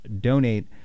donate